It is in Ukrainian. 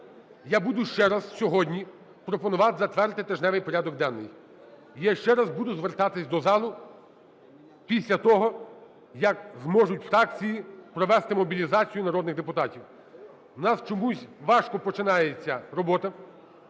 Я буду ще раз сьогодні пропонувати затвердити тижневий порядок денний, я ще раз буду звертатись до залу після того, як зможуть фракції провести мобілізацію народних депутатів. У нас чомусь важко починається робота,